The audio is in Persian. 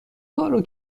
کارو